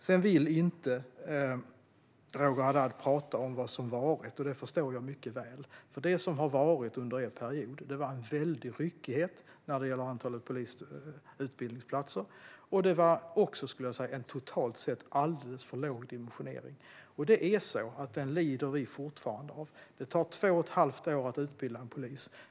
Sedan vill Roger Haddad inte tala om det som har varit, och det förstår jag mycket väl. Det som var under er period var en väldig ryckighet när det gäller antalet polisutbildningsplatser. Det var också en totalt sett alldeles för låg dimensionering. Den lider vi fortfarande av. Det tar två och ett halvt år att utbilda en polis.